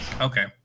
Okay